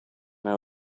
know